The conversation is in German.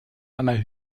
einer